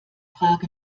frage